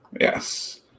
Yes